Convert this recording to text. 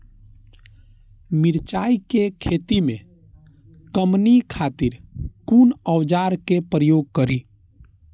मिरचाई के खेती में कमनी खातिर कुन औजार के प्रयोग करी?